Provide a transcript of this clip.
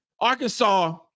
arkansas